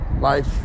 life